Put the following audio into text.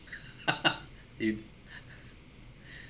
in